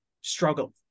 struggle